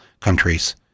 countries